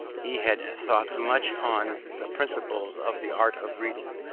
he had thought much on the principles of the art of reading,